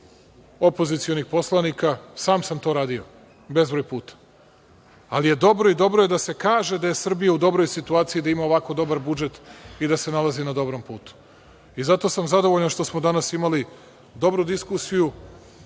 opozicionih poslanika. Sam sam to radio bezbroj puta. Ali je dobro i dobro je da se kaže da je Srbija u dobroj situaciji da ima ovako dobar budžet i da se nalazi na dobrom putu. I zato sam zadovoljan što smo danas imali dobru diskusiju